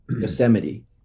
Yosemite